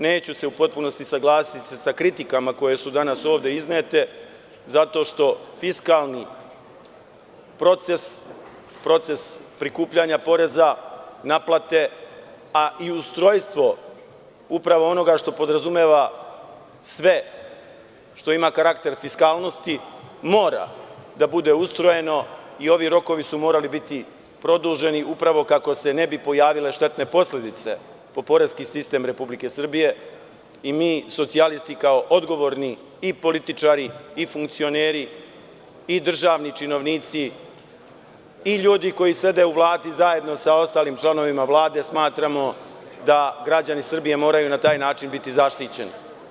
Neću se u potpunosti usaglasiti sa kritikama koje su danas ovde iznete, zato što fiskalnih proces, proces prikupljanja poreza, naplate, a i ustrojstvo upravo onoga što podrazumeva sve što ima karakter fiskalnosti mora da bude ustrojeno i ovi rokovi su morali biti produženi upravo kako se ne bi pojavile štetne posledice po poreski sistem Republike Srbije i mi socijalistički kao odgovorni i političari, i funkcioneri, i državni činovnici, i ljudi koji sede u Vladi zajedno sa ostalim članovima Vlade, smatramo da građani Srbije moraju na taj način biti zaštićeni.